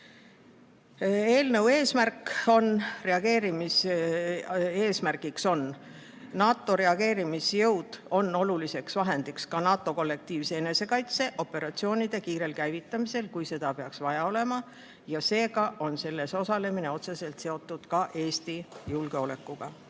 seletuskirja. Eelnõu eesmärk: NATO reageerimisjõud on oluliseks vahendiks ka NATO kollektiivse enesekaitse operatsioonide kiirel käivitamisel, kui seda peaks vaja olema, seega on selles osalemine otseselt seotud ka Eesti